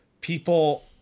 people